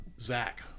Zach